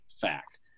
fact